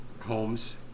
homes